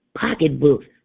pocketbooks